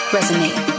Resonate